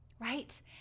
Right